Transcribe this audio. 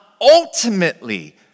ultimately